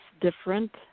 different